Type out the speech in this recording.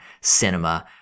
cinema